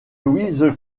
louise